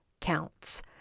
counts